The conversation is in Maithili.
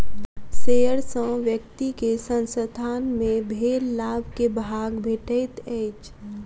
शेयर सॅ व्यक्ति के संसथान मे भेल लाभ के भाग भेटैत अछि